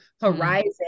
horizon